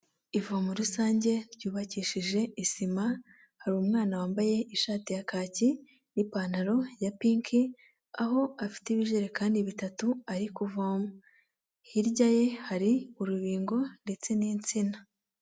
Ivomo rusange ryubakishije isima, hari umwana wambaye ishati ya kaki n'ipantaro ya pinki, aho afite ibijerekani bitatu ari kuvoma. Hirya ye hari urubingo ndetse n'insina.